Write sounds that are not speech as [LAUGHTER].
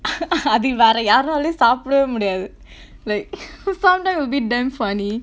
[LAUGHS] அது வேற யாராலையும் சாப்படவே முடியாது:athu vera yaaraalaiyum saapdavae mudiyaathu [BREATH] like [LAUGHS] some time will be damn funny